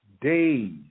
days